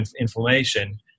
inflammation